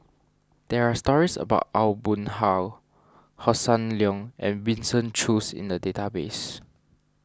there are stories about Aw Boon Haw Hossan Leong and Winston Choos in the database